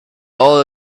all